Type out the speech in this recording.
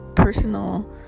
personal